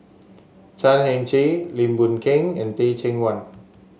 Chan Heng Chee Lim Boon Keng and Teh Cheang Wan